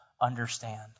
understand